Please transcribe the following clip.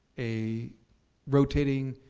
a rotating